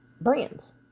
brands